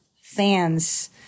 fans